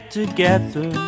together